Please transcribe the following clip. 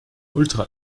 ultra